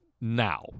now